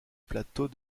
plateau